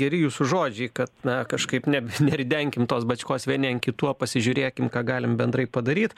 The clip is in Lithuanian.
geri jūsų žodžiai kad na kažkaip ne neridenkim tos bačkos vieni ant kitų o pasižiūrėkim ką galim bendrai padaryt